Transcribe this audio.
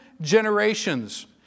generations